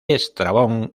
estrabón